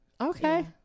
okay